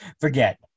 forget